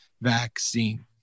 vaccine